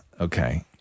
Okay